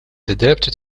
adapted